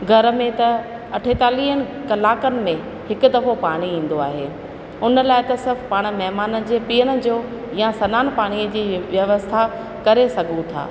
घर में त अठेतालीहनि कलाकनि में हिकु दफ़ो पाणी ईंदो आहे उन लाइ त असां पाण महिमान जे पीअण जो या सनानु पाणी जी व्यवस्था करे सघूं था